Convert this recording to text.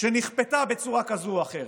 שנכפתה בצורה כזאת או אחרת.